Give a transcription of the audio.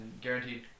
guaranteed